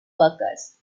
workers